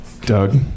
Doug